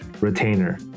retainer